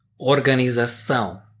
Organização